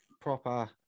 proper